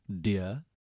Dear